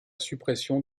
suppression